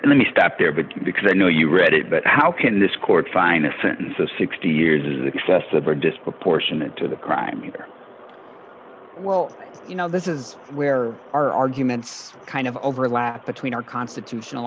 activity let me stop there but because i know you read it but how can this court fine a sentence of sixty years is excessive or disproportionate to the crime either well you know this is where our arguments kind of overlap between our constitutional